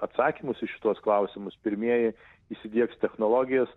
atsakymus į šituos klausimus pirmieji įsidiegs technologijas